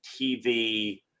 TV